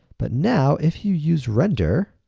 but now, if you use render,